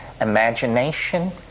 imagination